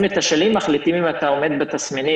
הם מתשאלים ומחליטים אם אתה עומד בתסמינים.